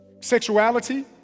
sexuality